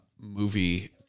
movie